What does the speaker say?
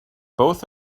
both